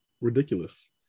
ridiculous